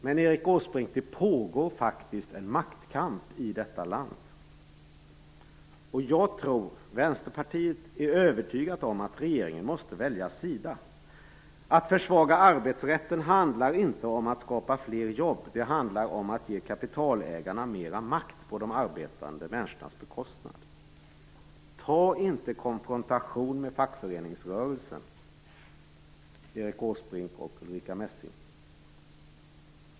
Men, Erik Åsbrink, det pågår faktiskt en maktkamp i detta land. Jag tror, Vänsterpartiet är övertygat om, att regeringen måste välja sida. Att försvaga arbetsrätten handlar inte om att skapa fler jobb, det handlar om att ge kapitalägarna mera makt på de arbetande människornas bekostnad. Ta inte konfrontation med fackföreningsrörelsen, Erik Åsbrink och Ulrica Messing!